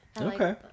Okay